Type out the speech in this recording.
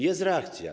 Jest reakcja.